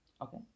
okay